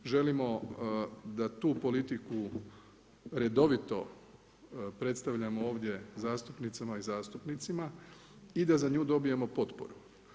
Želimo da tu politiku redovito predstavljamo ovdje zastupnicama i zastupnicima i da za nju dobijemo potporu.